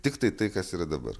tiktai tai kas yra dabar